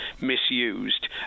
misused